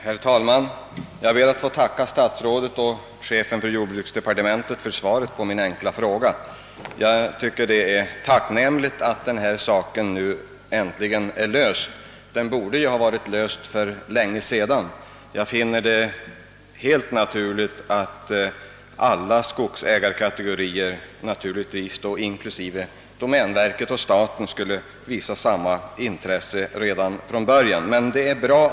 Herr talman! Jag ber att få tacka statsrådet och chefen för jordbruksdepartementet för svaret på min fråga. Det är tacknämligt att denna fråga nu äntligen har lösts — det borde varit gjort för länge sedan. Jag finner det helt naturligt att alla skogsägarkategorier — naturligtvis inklusive domänverket och staten — visar samma ansvar och intresse för denna fråga.